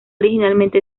originalmente